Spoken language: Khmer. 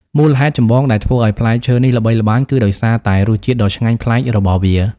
មូលហេតុចម្បងដែលធ្វើឱ្យផ្លែឈើនេះល្បីល្បាញ គឺដោយសារតែរសជាតិដ៏ឆ្ងាញ់ប្លែករបស់វា។